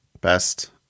Best